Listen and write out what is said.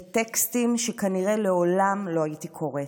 לטקסטים שכנראה לעולם לא הייתי קוראת,